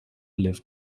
live